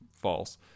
false